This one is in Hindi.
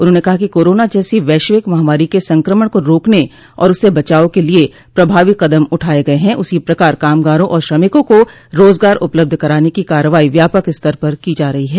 उन्होंने कहा कि कोरोना जैसी वैश्विक महामारी के संक्रमण को रोकने और उससे बचाव के लिये प्रभावी कदम उठाये गये हैं उसी प्रकार कामगारों और श्रमिकों को राजगार उपलब्ध कराने की कार्रवाई व्यापक स्तर पर की जा रही है